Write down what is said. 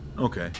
Okay